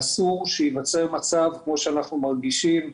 ואסור שייווצר מצב, כמו שאנחנו מרגישים,